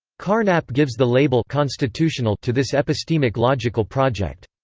carnap gives the label constitutional to this epistemic-logical project.